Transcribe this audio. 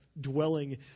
Dwelling